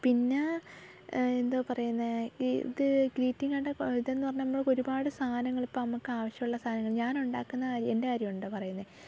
പിന്നെ എന്താണ് പറയുന്നത് ഇത് ഈ ഗ്രീറ്റിങ്ങിന്റെ ഇതെന്ന് പറഞ്ഞാൽ നമുക്ക് ഒരുപാട് സാധനങ്ങൾ ഇപ്പം നമുക്കാവശ്യമുള്ള സാധനങ്ങൾ ഞാനുണ്ടാക്കുന്ന എൻ്റെ കാര്യമാണ് കേട്ടോ പറയുന്നത്